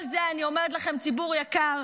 כל זה, אני אומרת לכם, ציבור יקר,